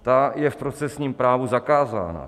Ta je v procesním právu zakázána.